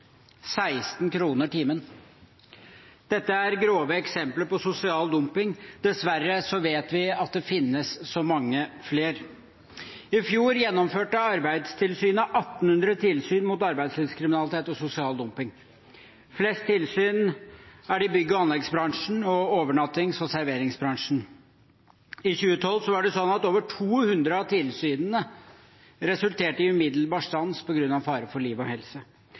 16 kr per time. Dette er grove eksempler på sosial dumping. Dessverre vet vi at det finnes så mange flere. I fjor gjennomførte Arbeidstilsynet 1 800 tilsyn mot arbeidslivskriminalitet og sosial dumping. Flest tilsyn er det i bygg- og anleggsbransjen og i overnattings- og serveringsbransjen. I 2012 var det slik at over 200 av tilsynene resulterte i umiddelbar stans på grunn av fare for liv og helse.